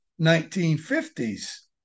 1950s